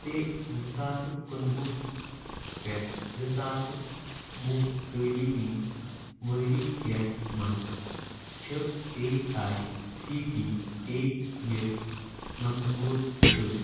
تہِ زٕ ساس تہٕ کُنوُہ پٮ۪ٹھ زٕ ساس تہٕ وُہ تعلیٖمی ؤرۍیَس منٛز چھُ A I C T E یِک مَنظوٗر شُد